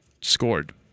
scored